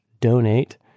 donate